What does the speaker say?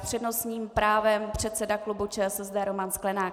S přednostním právem předseda klubu ČSSD Roman Sklenák.